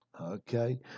Okay